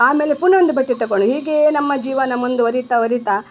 ಆಮೆಲೆ ಪುನಃ ಒಂದು ಬುಟ್ಟಿ ತಕೊಂಡು ಹೀಗೆಯೇ ನಮ್ಮ ಜೀವನ ಮುಂದುವರಿತಾ ವರಿತಾ